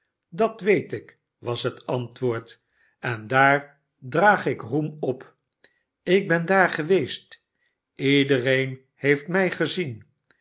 dat weet ik was het antwoord en daar draag ik roem op ik ben daar geweest ledereen heeft mij gezien